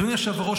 אדוני היושב-ראש,